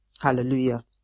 Hallelujah